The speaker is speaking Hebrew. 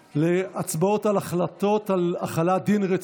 11, אין מתנגדים, אין נמנעים.